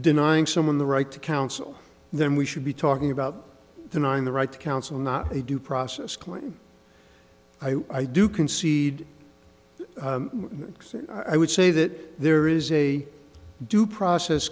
denying someone the right to counsel then we should be talking about denying the right to counsel not a due process claim i do concede i would say that there is a due process